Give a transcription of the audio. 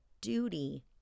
duty